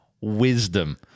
wisdom